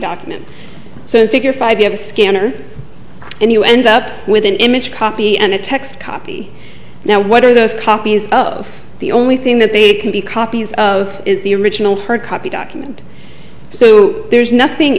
document so figure five you have a scanner and you end up with an image copy and a text copy now what are those copies of the only thing that they can be copies of is the original hard copy document so there's nothing